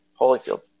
Holyfield